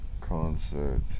concert